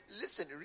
listen